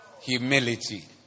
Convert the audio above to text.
Humility